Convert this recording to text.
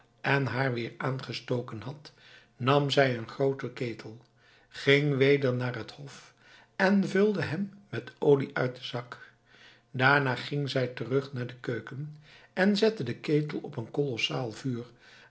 en haar weer aangestoken had nam zij een grooten ketel ging weder naar den hof en vulde hem met olie uit den zak daarna ging zij terug naar de keuken en zette den ketel op een